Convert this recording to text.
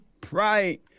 pride